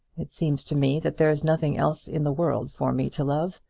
it seems to me that there's nothing else in the world for me to love.